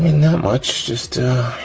not much, just